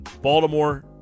Baltimore—